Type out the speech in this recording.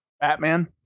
Batman